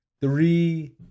three